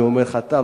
אני אומר חטאה,